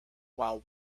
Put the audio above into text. while